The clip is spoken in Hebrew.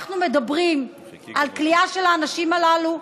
כשאנחנו מדברים על כליאה של האנשים הללו,